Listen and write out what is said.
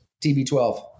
TB12